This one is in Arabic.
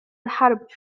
الحرب